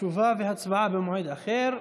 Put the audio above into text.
תשובה והצבעה במועד אחר.